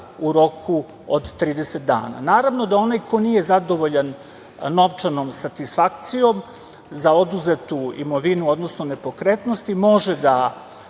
u roku od 30 dana. Naravno da onaj ko nije zadovoljan novčanom satisfakcijom za oduzetu imovinu, odnosno nepokretnosti, može da